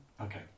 Okay